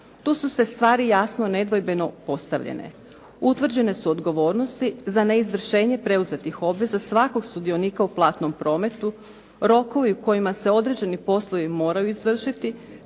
Tu su sve stvari jasno nedvojbeno postavljene. Utvrđene su odgovornosti za neizvršenje preuzetih obveza svakog sudionika u platnom prometu, rokovi u kojima se određeni poslovi moraju izvršiti